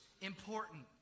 important